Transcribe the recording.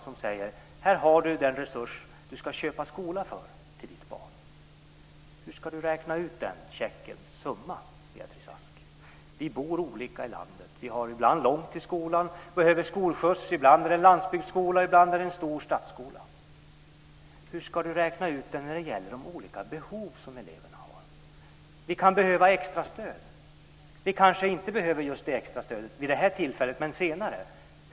Man säger: Här har du den resurs du ska köpa skola för till ditt barn. Hur ska Beatrice Ask räkna ut vilken summa som ska stå på checken? Ibland är det en landsbygdsskola, och ibland är det en stor stadsskola. Hur ska man räkna ut vad de olika behov som eleverna har kostar? Eleven kan behöva extrastöd. Eleven kanske inte behöver extrastöd just vid detta tillfälle, men senare.